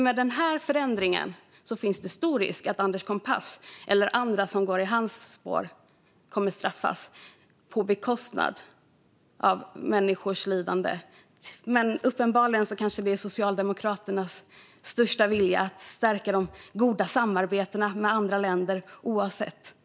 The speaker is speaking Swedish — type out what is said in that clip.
Med denna förändring är det nämligen stor risk att Anders Kompass eller andra som går i hans spår kommer att straffas för att de vill minska människors lidande. Uppenbarligen är Socialdemokraternas största vilja att stärka de goda samarbetena med andra länder, oavsett följderna.